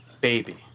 baby